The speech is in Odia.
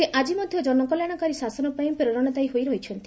ସେ ଆଜି ମଧ୍ୟ ଜନକଲ୍ୟାଣକାରୀ ଶାସନ ପାଇଁ ପ୍ରେରଣାଦାୟୀ ହୋଇ ରହିଛିଛନ୍ତି